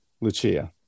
Lucia